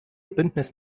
bündnis